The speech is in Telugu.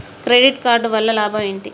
క్రెడిట్ కార్డు వల్ల లాభం ఏంటి?